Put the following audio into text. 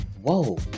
whoa